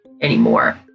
anymore